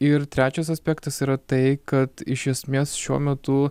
ir trečias aspektas yra tai kad iš esmės šiuo metu